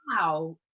wow